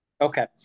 Okay